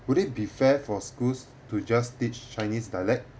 would it be fair for schools to just teach chinese dialect